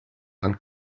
and